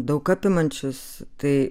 daug apimančius tai